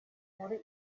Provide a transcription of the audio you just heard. muri